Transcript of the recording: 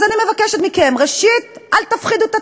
אז אני מבקשת מכם: ראשית, אל תפחידו את הציבור,